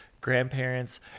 grandparents